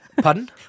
Pardon